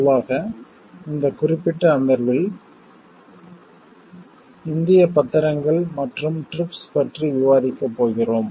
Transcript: பொதுவாக இந்தக் குறிப்பிட்ட அமர்வில் இந்தியப் பத்திரங்கள் மற்றும் TRIPS பற்றி விவாதிக்கப் போகிறோம்